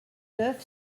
neuf